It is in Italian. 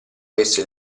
avesse